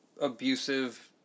abusive